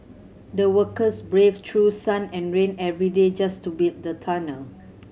the workers braved through sun and rain every day just to build the tunnel